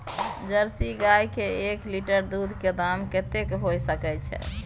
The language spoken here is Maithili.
जर्सी गाय के एक लीटर दूध के दाम कतेक होय सके छै?